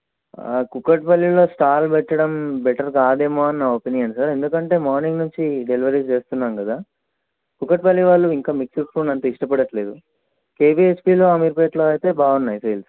కూకట్పల్లిలో స్టాల్ పెట్టడం బెటర్ కాదేమో అని నా ఒపీనియన్ సార్ ఎందుకంటే మార్నింగ్ నుంచి డెలివరీ చేస్తున్నాను కదా కూకట్పల్లి వాళ్ళు ఇంకా మిక్స్డ్ ఫ్రూట్ అంత ఇష్టపడట్లేదు కెవిహెచ్పిలో అమీర్పేట్లో అయితే బాగున్నాయి సేల్స్